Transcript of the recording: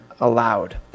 allowed